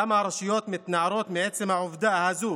למה הרשויות מתנערות מעצם העובדה הזו